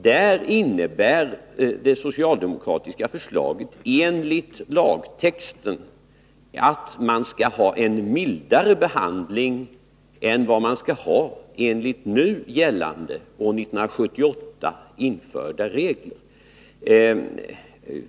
Där innebär det socialdemokratiska förslaget enligt lagtexten att man skall ha en mildare behandling än enligt nu gällande, år 1978 införda regler.